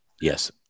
Yes